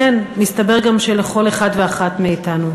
כן, מסתבר גם שלכל אחד ואחת מאתנו.